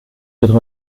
quatre